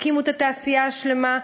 הקימו את התעשייה השלמה,